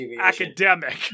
academic